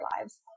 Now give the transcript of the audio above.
lives